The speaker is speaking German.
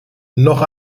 noch